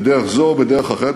בדרך זו או בדרך אחרת,